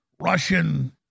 Russian